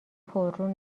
پررو